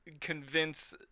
convince